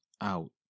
out